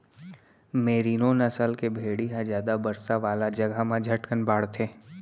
मेरिनों नसल के भेड़ी ह जादा बरसा वाला जघा म झटकन बाढ़थे